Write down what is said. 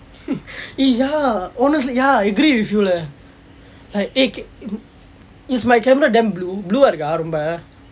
eh ya honestly I agree with you leh like eh is my camera damn blue blue ah இருக்கா ரொம்ப:irukkaa romba